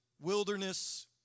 wilderness